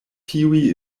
tiuj